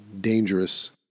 dangerous